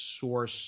source